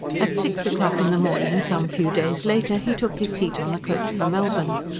at six o'clock in the morning some few days later, he took his seat in the coach for melbourne.